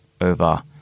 over